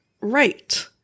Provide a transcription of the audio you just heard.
Right